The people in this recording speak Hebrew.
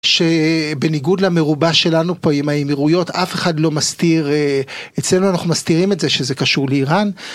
שבניגוד למרובה שלנו פה עם האימירויות אף אחד לא מסתיר אצלנו אנחנו מסתירים את זה שזה קשור לאיראן